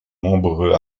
nombreux